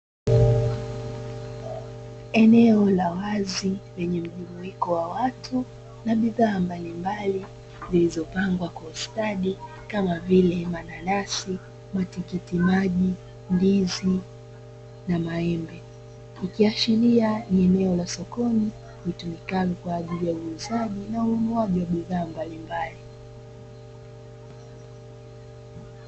Eneo la wazi lenye mjumuiko wa watu na bidhaa mbalimbali, zilizopangwa kwa ustadi kama vile mananasi, matikitimaji, ndizi na maembe. Ikiashiria ni eneo la sokoni litumikalo kwa ajili ya uuzaji na ununuaji wa bidhaa mbalimbali.